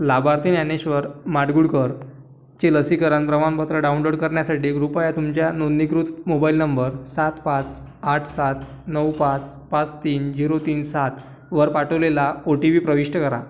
लाभार्थी ज्ञानेश्वर माडगूळकरचे लसीकरण प्रमाणपत्र डाऊनलोड करण्यासाठी कृपया तुमच्या नोंदणीकृत मोबाईल नंबर सात पाच आठ सात नऊ पाच पाच तीन झिरो तीन सात वर पाठवलेला ओटीपी प्रविष्ट करा